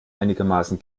einigermaßen